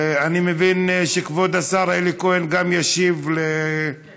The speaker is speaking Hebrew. ואני מבין שכבוד השר אלי כהן גם ישיב להצעה.